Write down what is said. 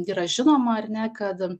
yra žinoma ar ne kad